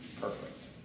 perfect